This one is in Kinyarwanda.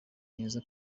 heza